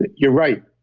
you're right.